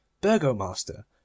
burgomaster